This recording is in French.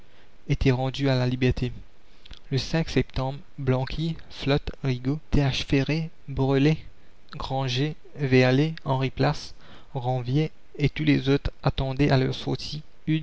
étaient rendus à la liberté e septembre blanqui flotte rigaud th ferré breullé granger verlet henri place ranvier et tous les autres attendaient à leur sortie